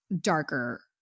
darker